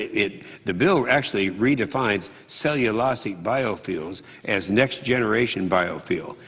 it the bill actually redefines so yeah cellusic biofuels as next generation biofuel.